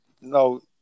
No